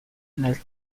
nel